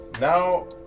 now